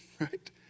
right